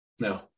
no